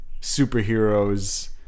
superheroes